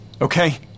okay